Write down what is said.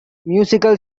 musical